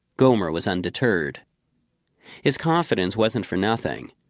gomer was undeterred his confidence wasn't for nothing.